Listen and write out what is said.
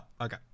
okay